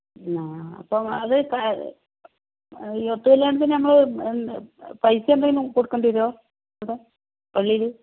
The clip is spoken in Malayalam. മ് ആ അപ്പം അത് ഈ ഒത്ത് കല്യാണത്തിന് ഞങ്ങൾ പൈസ എന്തെങ്കിലും കൊടുക്കേണ്ടി വരുമോ അവിടെ പള്ളിയിൽ